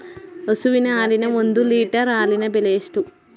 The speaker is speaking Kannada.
ಹಸುವಿನ ಹಾಲಿನ ಒಂದು ಲೀಟರ್ ಹಾಲಿನ ಬೆಲೆ ಎಷ್ಟು?